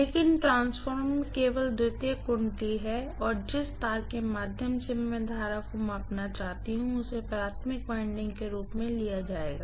लेकिन ट्रांसफार्मर में केवल सेकेंडरी वाइंडिंग है और जिस तार के माध्यम से मैं करंट को मापना चाहता हूं उसे प्राइमरी वाइंडिंग के रूप में लिया जाएगा